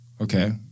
Okay